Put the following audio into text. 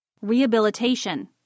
rehabilitation